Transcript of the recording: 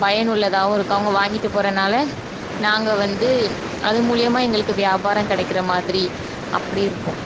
பயனுள்ளதாகவும் இருக்கும் அவங்க வாங்கிட்டு போறதுனால நாங்கள் வந்து அது மூலயமா எங்களுக்கு வியாபாரம் கிடைக்குறமாதிரி அப்படி இருக்கும்